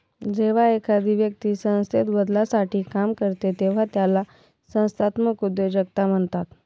जेव्हा एखादी व्यक्ती संस्थेत बदलासाठी काम करते तेव्हा त्याला संस्थात्मक उद्योजकता म्हणतात